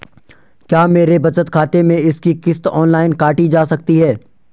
क्या मेरे बचत खाते से इसकी किश्त ऑनलाइन काटी जा सकती है?